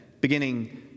beginning